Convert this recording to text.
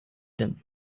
them